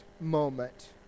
moment